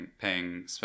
paying